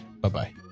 Bye-bye